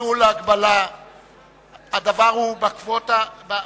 (ביטול הגבלת מספר החברים בשותפות מקצועית).